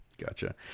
Gotcha